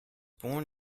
born